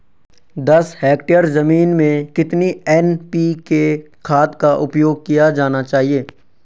दस हेक्टेयर जमीन में कितनी एन.पी.के खाद का उपयोग किया जाना चाहिए?